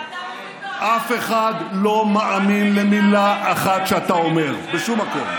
אף אחד לא מאמין למילה אחת שאתה אומר, בשום מקום.